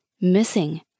missing